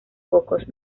pocos